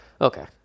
okay